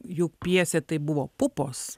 jų pjesė tai buvo pupos